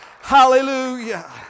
Hallelujah